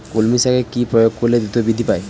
কলমি শাকে কি প্রয়োগ করলে দ্রুত বৃদ্ধি পায়?